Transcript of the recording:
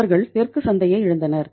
அவர்கள் தெற்கு சந்தையை இழந்தனர்